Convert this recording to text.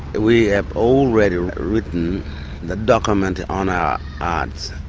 we have already written the document on our arts.